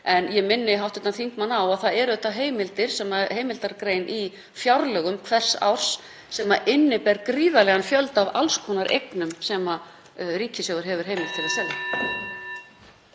En ég minni hv. þingmann á að það er heimildargrein í fjárlögum hvers árs sem inniber gríðarlegan fjölda af alls konar eignum sem ríkissjóður hefur heimild til að selja.